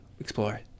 explore